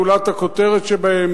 גולת הכותרת שבהם,